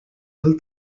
del